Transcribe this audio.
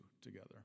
together